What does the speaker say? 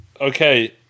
okay